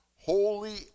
holy